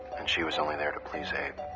and she was only there to please abe.